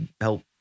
help